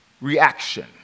reaction